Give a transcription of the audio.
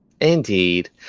Indeed